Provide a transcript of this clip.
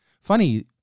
Funny